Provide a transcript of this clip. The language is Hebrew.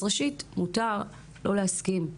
אז ראשית מותר לא להסכים,